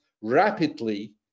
rapidly